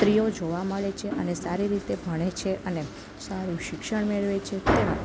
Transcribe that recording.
સ્ત્રીઓ જોવા મળે છે અને સારી રીતે ભણે છે અને સારું સારું શિક્ષણ મેળવે છે તે